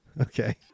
Okay